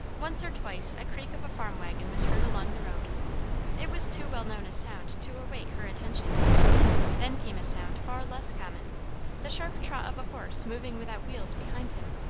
once or twice a creak of a farm waggon was heard along the road it was too well known a sound to awake her attention then came a sound far less common the sharp trot of a horse moving without wheels behind him.